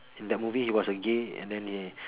in that movie he was a gay and then he